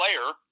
player